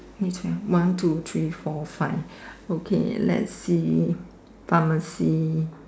is one two three four five okay let's see pharmacy